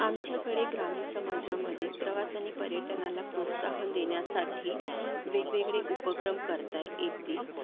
आमच्याकडे ग्रामीण समाजामध्ये प्रवास आणि पर्यटनाला प्रोत्साहन देण्यासाठी वेगवेगळे उपक्रम करता येतील